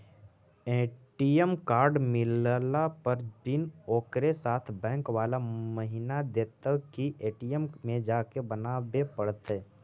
ATM card मिलला पर pin ओकरे साथे बैक बाला महिना देतै कि ए.टी.एम में जाके बना बे पड़तै?